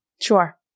Sure